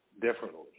differently